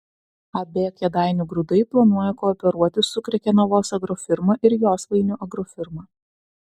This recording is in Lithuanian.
ab kėdainių grūdai planuoja kooperuotis su krekenavos agrofirma ir josvainių agrofirma